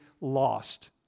lost